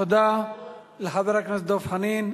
תודה לחבר הכנסת דב חנין.